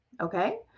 Okay